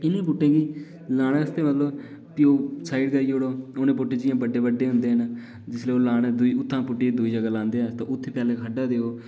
इन्ने बूह्टे गी लाने आस्ते मतलब ब्यूंह् साइड लाई ओड़ो हुने बूह्टे बड्डे बड्डे होंदे न जिसलै ओह् लान्ने तां उत्थुआं पुट्टियै दूई जगह लांदे अस ते पैह्ले खड्ढा देओ